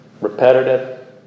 Repetitive